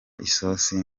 isosi